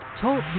Talk